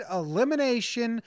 elimination